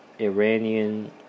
iranian